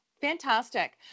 Fantastic